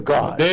God